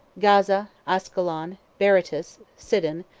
gaza, ascalon, berytus, sidon,